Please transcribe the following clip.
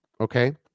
okay